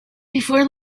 before